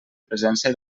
presència